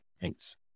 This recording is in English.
Thanks